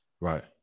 Right